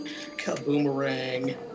Kaboomerang